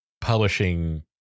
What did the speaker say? publishing